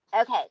Okay